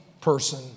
person